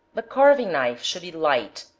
the carving knife should be light,